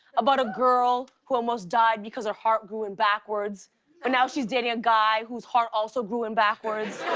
about a girl who almost died because her heart grew in backwards, but and now she's dating a guy whose heart also grew in backwards.